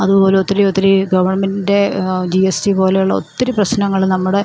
അതുപോലെ ഒത്തിരി ഒത്തിരി ഗവൺമെൻറ്റിൻ്റെ ജി എസ് എസ് പോലെയുള്ള ഒത്തിരി പ്രശ്നങ്ങൾ നമ്മുടെ